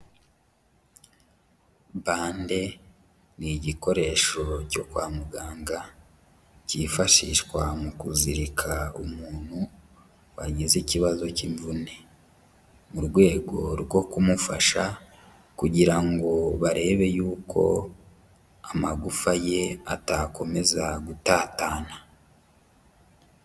Bande ni igikoresho cyo kwa muganga cyifashishwa mu kuzirika umuntu wagize ikibazo cy'imvune mu rwego rwo kumufasha kugira ngo barebe yuko amagufa ye atakomeza gutatana.